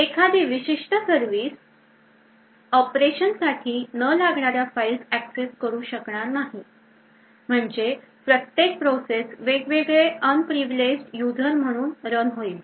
एखादी विशिष्ट सर्विस उदाहरणार्थ ऑपरेशनसाठी न लागणाऱ्या फाईल ऍक्सेस करू शकणार नाही म्हणजे प्रत्येक प्रोसेस वेगवेगळे unprivileged यूजर म्हणून रन होईल